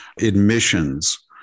Admissions